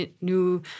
new